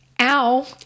ow